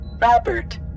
Robert